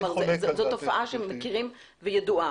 זאת תופעה שמכירים והיא ידועה.